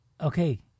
okay